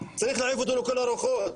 צריך להעיף אותו לכל הרוחות,